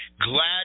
Glad